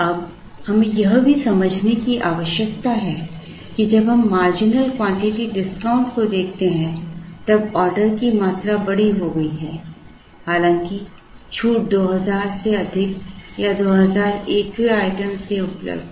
अब हमें यह भी समझने की आवश्यकता है कि जब हम मार्जिनल क्वांटिटी डिस्काउंट को देखते हैं तब ऑर्डर की मात्रा बड़ी हो गई है हालांकि छूट 2000 से अधिक या 2001वें आइटम से उपलब्ध है